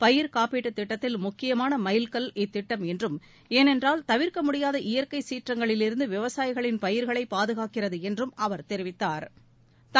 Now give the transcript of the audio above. பயிர் காப்பீட்டுத் திட்டத்தில் முக்கியமான மைல் கல் இத்திட்டம் என்றும் ஏனென்றால் தவிர்க்க முடியாத இயற்கை சீற்றங்களிலிருந்து விவசாயிகளின் பயிர்களை பாதுகாக்கிறது என்றும் அவர் தெரிவித்தாா்